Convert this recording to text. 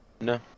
No